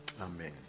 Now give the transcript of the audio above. Amen